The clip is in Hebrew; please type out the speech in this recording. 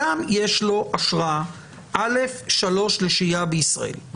לאדם יש אשרה א/3 לשהייה בישראל.